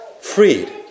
freed